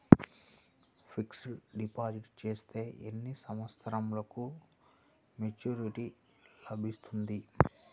Fixed deposit చేస్తే ఎన్ని సంవత్సరంకు మెచూరిటీ లభిస్తుంది?